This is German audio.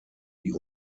die